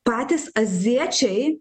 patys azijiečiai